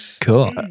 Cool